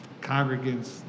congregants